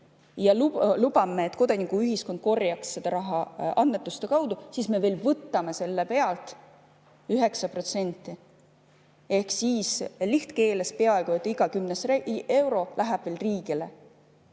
ja lubame, et kodanikuühiskond korjaks seda raha annetuste kaudu, me võtame selle pealt veel 9%. Ehk siis lihtsas keeles öeldes, peaaegu iga kümnes euro läheb veel riigile.